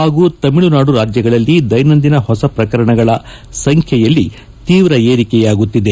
ಹಾಗೂ ತಮಿಳುನಾಡು ರಾಜ್ಞಗಳಲ್ಲಿ ದ್ಲೆನಂದಿನ ಹೊಸ ಪ್ರಕರಣಗಳ ಸಂಚ್ಲೆಯಲ್ಲಿ ತೀವ್ರ ವಿರಿಕೆಯಾಗುತ್ತಿದೆ